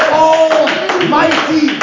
almighty